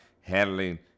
handling